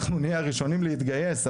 אנחנו נהיה הראשונים להתגייס.